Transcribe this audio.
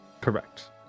Correct